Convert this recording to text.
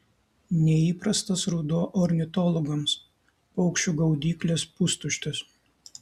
neįprastas ruduo ornitologams paukščių gaudyklės pustuštės